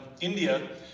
India